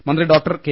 മന്ത്രി doctor K